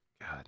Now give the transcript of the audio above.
God